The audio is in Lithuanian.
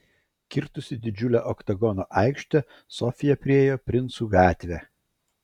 kirtusi didžiulę oktagono aikštę sofija priėjo princų gatvę